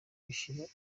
bishika